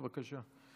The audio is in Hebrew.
בבקשה.